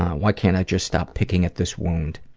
why can't i just stop picking at this wound?